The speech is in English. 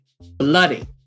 bloody